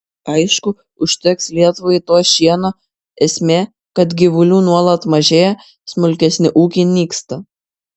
aišku užteks lietuvai to šieno esmė kad gyvulių nuolat mažėja smulkesni ūkiai nyksta